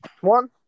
one